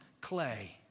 clay